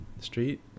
street